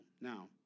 Now